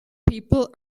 people